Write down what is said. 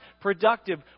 productive